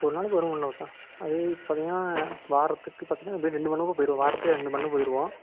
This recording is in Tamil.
ஒரு நாளைக்கு ஒரு மண்டபம்தான் அது எப்படியும் வாரத்துக்கு பார்த்தினா எப்படியும் ரெண்டு மண்டபம் போயிடுவோம் வாரத்துக்கே ரெண்டு மண்டபம் போயிடுவோம்